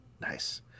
nice